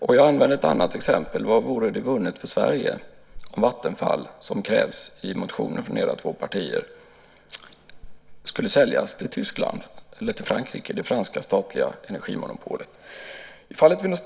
Jag använde mig av ett annat exempel. Vad vore det vunnet för Sverige om Vattenfall - som krävs i motioner från era två partier - skulle säljas till Tyskland eller till det franska statliga energimonopolet?